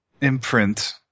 imprint